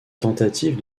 tentative